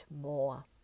more